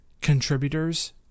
contributors